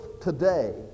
today